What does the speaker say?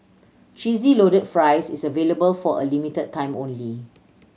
Cheesy Loaded Fries is available for a limited time only